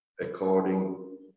according